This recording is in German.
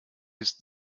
isst